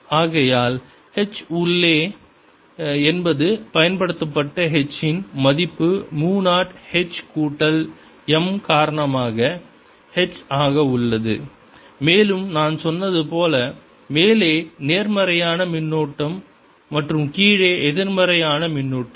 ஆகையால் H உள்ளே என்பது பயன்படுத்தப்பட்ட H இன் மதிப்பு மு 0 H கூட்டல் m காரணமாக H ஆக உள்ளது மேலும் நான் சொன்னது போல மேலே நேர்மறையான மின்னூட்டம் மற்றும் கீழே எதிர்மறை ஆன மின்னூட்டம்